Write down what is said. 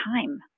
time